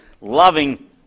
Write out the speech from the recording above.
loving